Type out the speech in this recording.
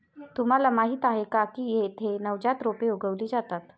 तुम्हाला माहीत आहे का की येथे नवजात रोपे उगवली जातात